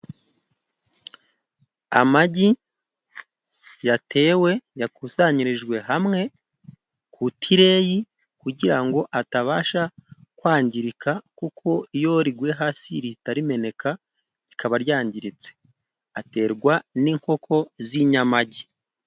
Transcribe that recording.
Amagi yatewe yakusanyirijwe hamwe ku tileyi, kugira ngo atabasha kwangirika kuko iyo riguye hasi rihita rimeneka rikaba ryangiritse. Aterwa n'inkoko z'inyamagi